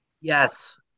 Yes